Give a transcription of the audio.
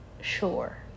sure